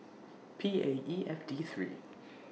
P A E F D three